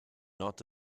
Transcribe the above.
not